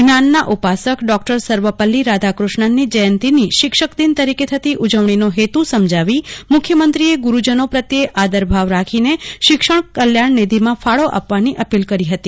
જ્ઞાનના ઉપાસક ડોકટર સર્વપલ્લી રાધાક ્ષ્ણનની જયંતીની શિક્ષક દિન તરીકે થતી ઉજવણીનો હેતુ સમજાવી મુખ્યમંત્રીએ ગુરૂજનો પ્રત્યે આદરભાવ રાખીને શિક્ષણ કલ્યાણ નિષિમાં ફાળો આપવાની અપીલ કરી હતી